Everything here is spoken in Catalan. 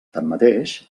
tanmateix